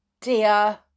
dear